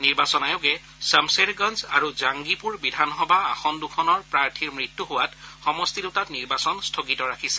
নিৰ্বাচন আয়োগে ছমছেৰগঞ্জ আৰু জাঙ্গীপুৰ বিধানসভা আসন দুখনৰ প্ৰাৰ্থীৰ মৃত্যু হোৱাত সমষ্টি দুটাত নিৰ্বাচন স্থগিত ৰাখিছে